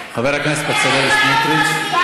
חבר הכנסת בצלאל סמוטריץ.